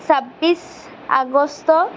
চাব্বিছ আগষ্ট